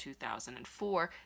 2004